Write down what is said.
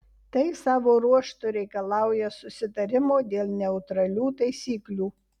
tai savo ruožtu reikalauja susitarimo dėl neutralių taisyklių